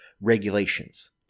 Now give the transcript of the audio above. regulations